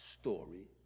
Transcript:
story